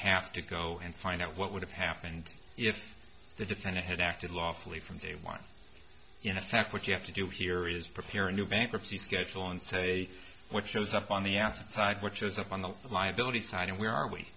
have to go and find out what would have happened if the defendant had acted lawfully from day one in effect what you have to do here is prepare a new bankruptcy schedule and say what shows up on the asset side which is up on the liability side and we are we